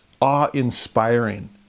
awe-inspiring